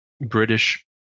British